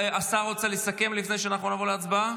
הזמן נגמר, תודה.